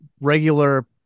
regular